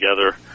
together